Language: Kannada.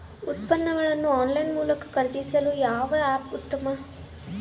ಉತ್ಪನ್ನಗಳನ್ನು ಆನ್ಲೈನ್ ಮೂಲಕ ಖರೇದಿಸಲು ಯಾವ ಆ್ಯಪ್ ಉತ್ತಮ?